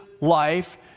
life